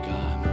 God